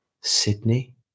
Sydney